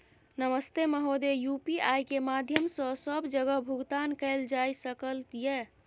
नमस्ते महोदय, यु.पी.आई के माध्यम सं सब जगह भुगतान कैल जाए सकल ये?